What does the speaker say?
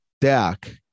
Dak